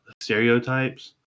stereotypes